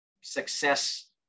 success